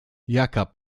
jaka